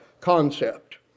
concept